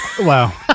Wow